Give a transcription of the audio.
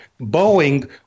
Boeing